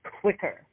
quicker